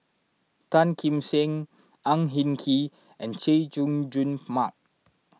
Tan Kim Seng Ang Hin Kee and Chay Jung Jun Mark